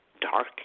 dark